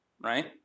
right